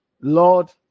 Lord